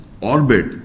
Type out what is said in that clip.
orbit